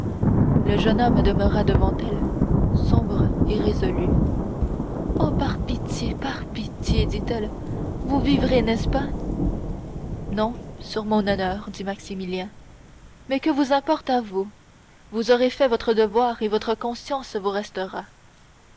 le jeune homme demeura devant elle sombre et résolu oh par pitié par pitié dit-elle vous vivrez n'est-ce pas non sur mon honneur dit maximilien mais que vous importe à vous vous aurez fait votre devoir et votre conscience vous restera